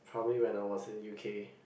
probably when I was in U_K